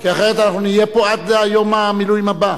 כי אחרת אנחנו נהיה פה עד יום המילואים הבא.